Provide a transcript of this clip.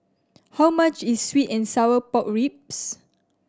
how much is sweet and sour pork ribs